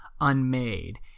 unmade